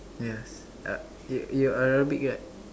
yes uh you you're Arabic right